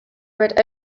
read